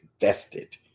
vested